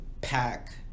Pack